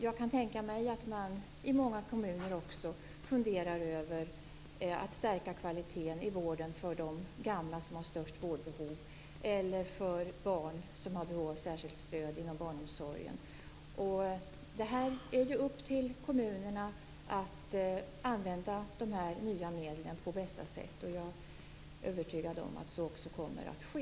Jag kan tänka mig att man i många kommuner också funderar över att stärka kvaliteten i vården för de gamla som har störst vårdbehov eller för de barn som har behov av särskilt stöd inom barnomsorgen. Det är upp till kommunerna att använda de nya medlen på bästa sätt. Jag är övertygad om att så också kommer att ske.